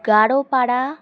Garhpara